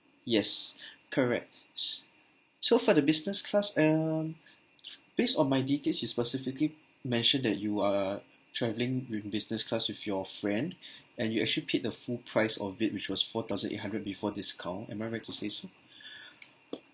yes correct s~ so far the business class um based on my details it specifically mentioned that you are travelling with business class with your friend and you actually paid the full price of it which was four thousand eight hundred before discount am I right to say so